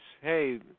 Hey